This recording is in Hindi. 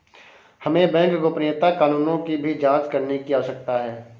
हमें बैंक गोपनीयता कानूनों की भी जांच करने की आवश्यकता है